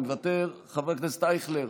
מוותר, חבר הכנסת אייכלר,